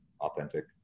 authentic